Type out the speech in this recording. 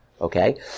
Okay